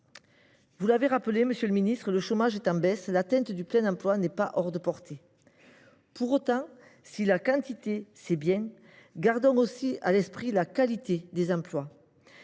Vous l’avez rappelé, monsieur le ministre, le chômage est en baisse. L’atteinte du plein emploi n’est pas hors de portée. Pour autant, si la quantité compte, gardons aussi à l’esprit la qualité des emplois.